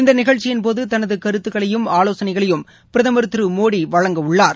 இந்த நிகழ்ச்சியின்போது தனது கருத்தக்களையும் ஆலோசனைகளையும் பிரதமர் திரு மோடி வழங்கவள்ளார்